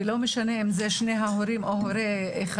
ולא משנה אם זה שני ההורים או הורה אחד,